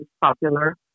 popular